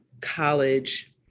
college